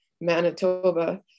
Manitoba